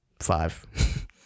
five